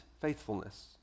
faithfulness